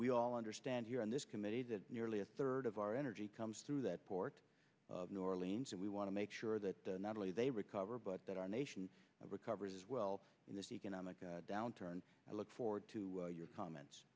we all understand here in this committee that nearly a third of our energy comes through that port of new orleans and we want to make sure that not only they recover but that our nation recovers as well in this economic downturn i look forward to your comments